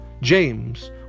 James